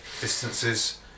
distances